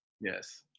Yes